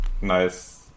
nice